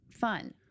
fun